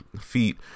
feet